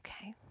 Okay